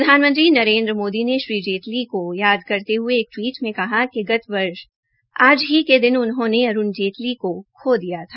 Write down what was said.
प्रधानमंत्री नरेन्द्र मोदी ने श्री जेतली को याद करते हये एक टवीट में कहा कि गत वर्ष आज के हदन उन्होंने अरूण जेतली को खो दिया था